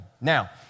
Now